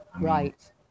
Right